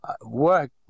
work